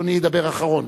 אדוני ידבר אחרון.